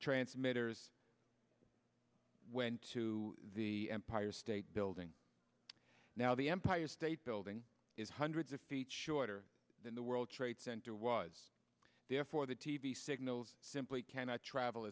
transmitters went to the empire state building now the empire state building is hundreds of feet shorter than the world trade center was therefore the t v signals simply cannot travel